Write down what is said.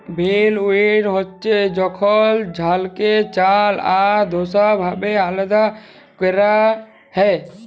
ভিল্লউইং হছে যখল ধালকে চাল আর খোসা ভাবে আলাদা ক্যরা হ্যয়